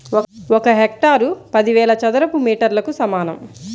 ఒక హెక్టారు పదివేల చదరపు మీటర్లకు సమానం